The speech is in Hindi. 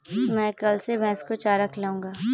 मैं कल से भैस को चारा खिलाऊँगा